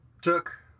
took